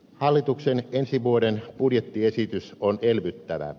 hallituksen ensi vuoden budjettiesitys on elvyttävä